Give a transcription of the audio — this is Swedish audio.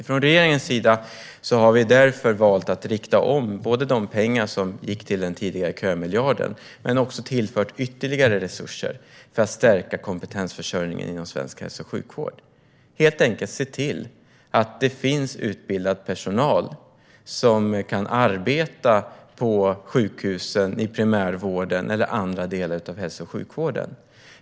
Från regeringens sida har vi därför valt att både rikta om de pengar som gick till den tidigare kömiljarden och att tillföra ytterligare resurser för att stärka kompetensförsörjningen inom svensk hälso och sjukvård. Detta gör vi för att se till att det finns utbildad personal som kan arbeta på sjukhusen, i primärvården eller i andra delar av hälso och sjukvården.